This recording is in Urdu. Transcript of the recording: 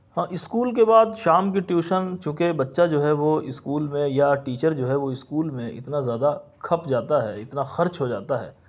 ہاں اسکول کے بعد شام کی ٹیوشن چونکہ بچہ جو ہے وہ اسکول میں یا ٹیچر جو ہے وہ اسکول میں اتنا زیادہ کھپ جاتا ہے اتنا خرچ ہو جاتا ہے